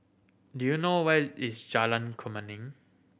do you know where is Jalan Kemuning